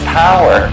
power